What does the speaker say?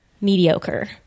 mediocre